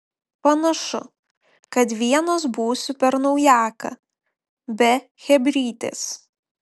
panašu kad vienas būsiu per naujaką be chebrytės